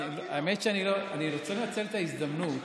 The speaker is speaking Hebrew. אני רוצה לנצל את ההזדמנות